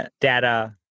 data